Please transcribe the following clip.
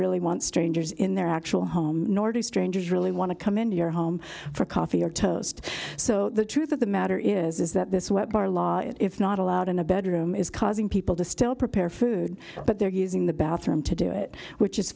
really wants strangers in their actual home nor do strangers really want to come into your home for coffee or toast so the truth of the matter is that this wet bar law if not allowed in a bedroom is causing people to still prepare food but they're using the bathroom to do it which is